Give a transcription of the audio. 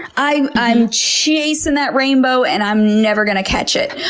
i'm i'm chasing that rainbow and i'm never going to catch it.